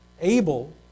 able